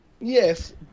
Yes